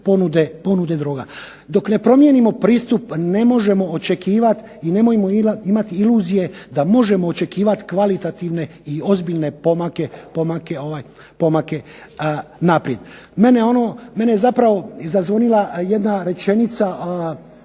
Dok ne promijenimo pristup ne možemo očekivati i nemojmo imati iluzije da možemo očekivati kvalitativne i ozbiljne pomake naprijed. Meni je zapravo zazvonila jedna rečenica